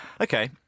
Okay